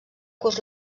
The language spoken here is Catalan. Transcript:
curs